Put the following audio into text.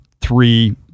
three